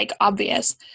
obvious